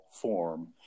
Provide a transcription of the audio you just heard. form